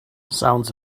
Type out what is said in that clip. sounds